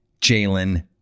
Jalen